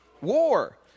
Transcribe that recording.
War